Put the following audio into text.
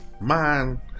Man